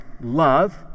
love